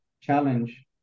challenge